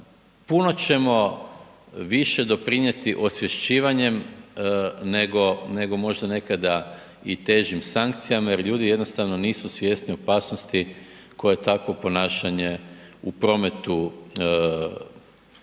puno ćemo više doprinjeti osvješćivanjem, nego, nego možda nekada i težim sankcijama jer ljudi jednostavno nisu svjesni opasnosti koje takvo ponašanje u prometu, znači